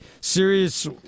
serious